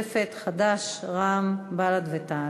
המשותפת, חד"ש, רע"ם, בל"ד ותע"ל: